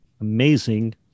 amazing